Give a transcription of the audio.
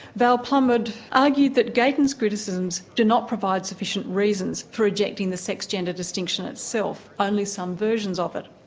val plumwood argued that gatens' criticisms do not provide sufficient reasons for rejecting the sex gender distinction itself, only some versions of it.